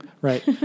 Right